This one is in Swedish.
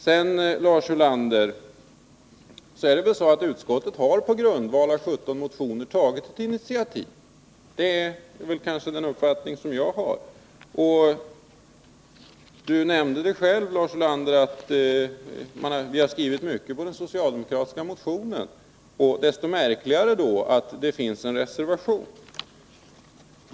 Sedan vill jag till Lars Ulander säga att utskottet på grundval av 17 motioner har tagit ett initiativ — det är den uppfattning jag har. Lars Ulander sade själv att man hade skrivit mycket på den socialdemokratiska motionen. Desto märkligare då att det finns en reservation!